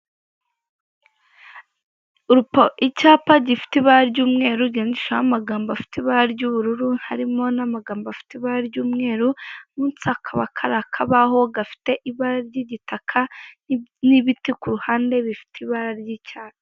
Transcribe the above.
Icyapa gifite ibara ry'umweru ryandikishejeho amagambo afite ibara ry'ubururu harimo n'amagambo afite ibara ry'umweru, munsi hakaba hari akabaho gafite ibara ry'igitaka n'ibiti ku ruhande bifite ibara ry'icyayi.